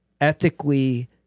ethically